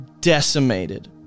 decimated